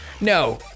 no